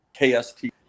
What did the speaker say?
KST